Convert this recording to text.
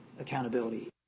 accountability